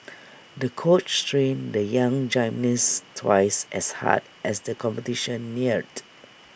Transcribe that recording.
the coach trained the young gymnast twice as hard as the competition neared